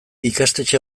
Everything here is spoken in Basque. ikastetxe